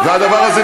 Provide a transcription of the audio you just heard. אתה גם אומר זאת.